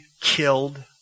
killed